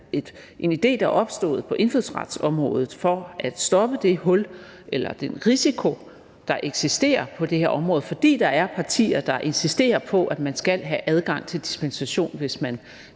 en idé, der er opstået på indfødsretsområdet, for at stoppe det hul eller den risiko, der eksisterer på det her område, fordi der er partier, der insisterer på, at man skal have adgang til dispensation, hvis man